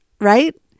right